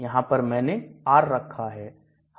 यहां पर मैंने R रखा है